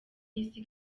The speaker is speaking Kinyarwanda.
y’isi